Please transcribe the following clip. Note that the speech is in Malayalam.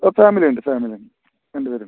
ഓ ഫാമിലി ഉണ്ട് ഫാമിലി ഉണ്ട് രണ്ട് പേരുണ്ട്